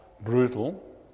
brutal